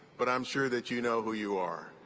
but i'm sure that you know who you are.